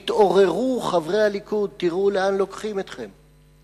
תתעוררו, חברי הליכוד, תראו לאן לוקחים אתכם.